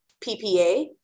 PPA